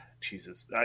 Jesus